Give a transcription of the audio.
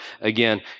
again